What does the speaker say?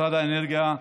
משרד האנרגיה,